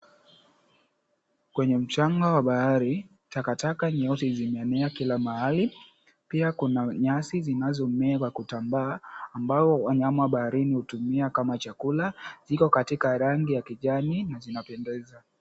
Kwenye mchanga wa bahari, takataka nyeusi zimeenea kila mahali. Pia kuna nyasi zinazomea kwa kutambaa, ambao wanyama baharini hutumia kama chakula. Ziko katika rangi ya kijani na zinapendeza.